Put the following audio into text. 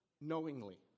Knowingly